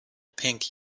pink